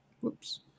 Whoops